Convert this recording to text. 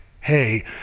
hey